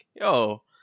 yo